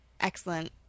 excellent